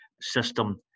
system